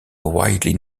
widely